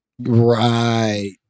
Right